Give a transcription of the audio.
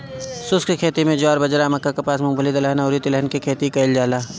शुष्क खेती में ज्वार, बाजरा, मक्का, कपास, मूंगफली, दलहन अउरी तिलहन के खेती कईल जाला